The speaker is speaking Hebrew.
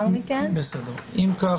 אם כך,